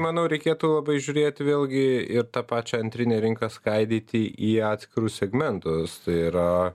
manau reikėtų labai žiūrėti vėlgi ir tą pačią antrinę rinką skaidyti į atskirus segmentus tai yra